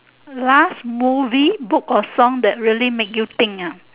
last movie book or song that really make you think ah